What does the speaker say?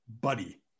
Buddy